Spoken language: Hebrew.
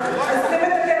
אז צריכים,